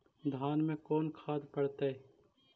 धान मे कोन खाद पड़तै?